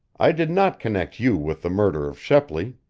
i did not connect you with the murder of shepley.